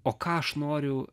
o ką aš noriu